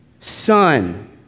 Son